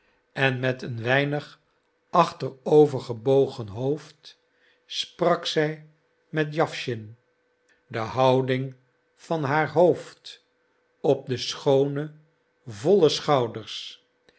en met een weinig achterover gebogen hoofd sprak zij met jawschin de houding van haar hoofd op de schoone volle schouders